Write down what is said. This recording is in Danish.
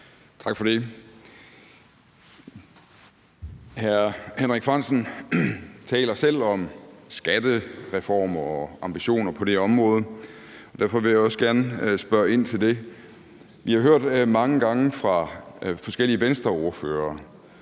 Tak for det. Hr. Henrik Frandsen taler selv om skattereformer og ambitioner på det område, og derfor vil jeg også gerne spørge ind til det. Vi har mange gange fra forskellige Venstreordførere